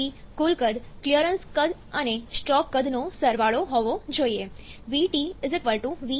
તેથી કુલ કદ ક્લિયરન્સ કદ અને સ્ટ્રોક કદનો સરવાળો હોવો જોઈએ